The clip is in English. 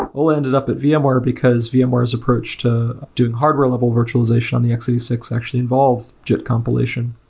ole ended up at vmware, because vmware's approach to doing hardware level virtualization on the x eight six actually involved jit compilation.